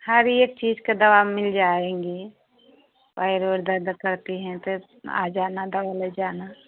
हर एक चीज़ का दवा मिल जाएँगी पैर वैर दर्द करती हैं तो आ जाना दवा ले जाना